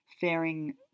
faring